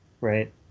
right